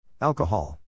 Alcohol